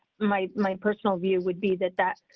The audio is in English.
my, my personal view would be that that.